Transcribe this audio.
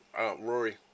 Rory